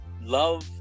love